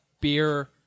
beer